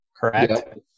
correct